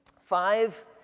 Five